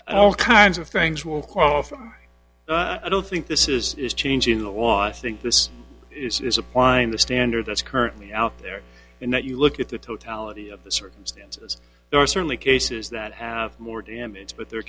all kinds of things will qualify i don't think this is is changing the law i think this is applying the standard that's currently out there in what you look at the totality of the circumstances there are certainly cases that have more damage but there are